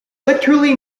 literally